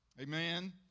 Amen